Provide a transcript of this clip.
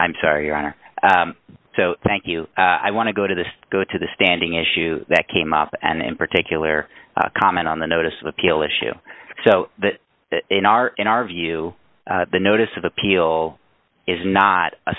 i'm sorry your honor thank you i want to go to the go to the standing issue that came up and in particular comment on the notice of appeal issue so that in our in our view the notice of appeal is not a